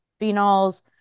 phenols